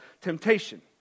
temptation